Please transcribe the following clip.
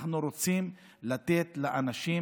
אנחנו רוצים לתת לאנשים